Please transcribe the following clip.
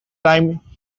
time